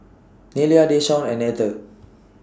Nelia Deshaun and Etter